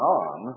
on